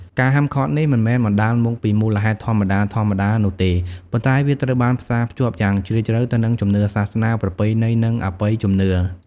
ការហាមឃាត់នេះមិនមែនបណ្ដាលមកពីមូលហេតុធម្មតាៗនោះទេ ប៉ុន្តែវាត្រូវបានផ្សារភ្ជាប់យ៉ាងជ្រាលជ្រៅទៅនឹងជំនឿសាសនា ប្រពៃណី និងអបិយជំនឿ។